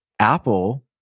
Apple